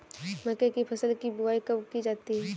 मक्के की फसल की बुआई कब की जाती है?